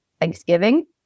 Thanksgiving